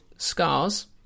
Scars